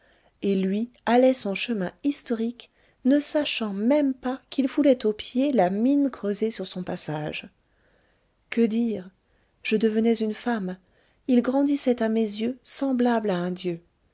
et lui allait son chemin historique ne sachant même pas qu'il foulait aux pieds la mine creusée sur son passage que dire je devenais une femme il grandissait à mes yeux semblable à un dieu